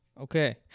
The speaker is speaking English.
Okay